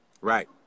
Right